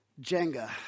Jenga